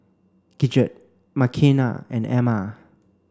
Gidget Makena and Emma